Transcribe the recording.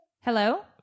Hello